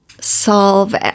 solve